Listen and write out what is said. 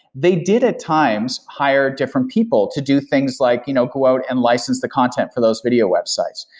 they did at times hired different people to do things like you know go out and license the content for those video websites.